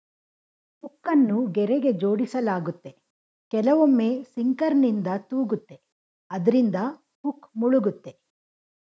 ಹುಕ್ಕನ್ನು ಗೆರೆಗೆ ಜೋಡಿಸಲಾಗುತ್ತೆ ಕೆಲವೊಮ್ಮೆ ಸಿಂಕರ್ನಿಂದ ತೂಗುತ್ತೆ ಅದ್ರಿಂದ ಹುಕ್ ಮುಳುಗುತ್ತೆ